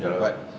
ya